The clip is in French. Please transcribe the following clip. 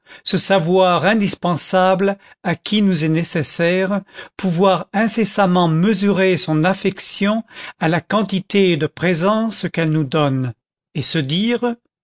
se savoir indispensable à qui nous est nécessaire pouvoir incessamment mesurer son affection à la quantité de présence qu'elle nous donne et se dire